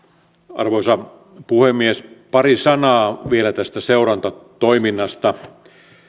arvoisa puhemies pari sanaa vielä tästä seurantatoiminnasta seurantaryhmien